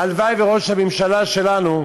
הלוואי שראש הממשלה שלנו יוכל,